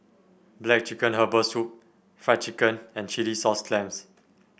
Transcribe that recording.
black chicken Herbal Soup Fried Chicken and Chilli Sauce Clams